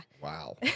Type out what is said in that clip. Wow